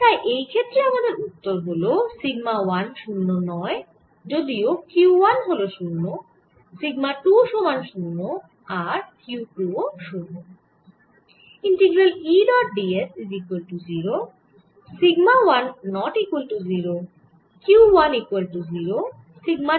তাই এই ক্ষেত্রে আমাদের উত্তর হল সিগমা 1 শূন্য নয় যদিও Q 1 হল 0 সিগমা 2 সমান 0 আর Q 2 ও 0